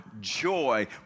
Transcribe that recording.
joy